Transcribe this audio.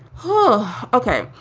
oh, ok.